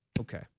Okay